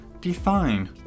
define